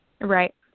right